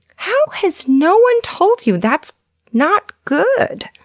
how has no one told you that's not good?